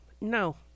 No